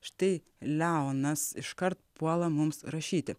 štai leonas iškart puola mums rašyti